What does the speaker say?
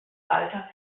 alter